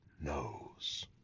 knows